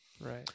right